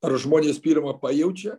ar žmonės pirma pajaučia